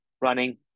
running